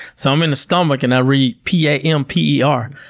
so i'm in the stomach and i read p a m p e r.